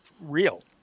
real